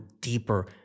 deeper